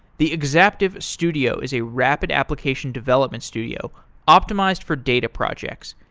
the exaptive studio is a rapid application development studio optimize for data projects.